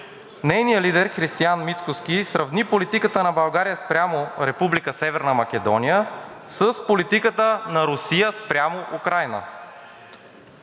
Нейният лидер Християн Мицкоски сравни политиката на България спрямо Република Северна Македония с политиката на Русия спрямо Украйна.